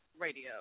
Radio